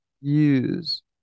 use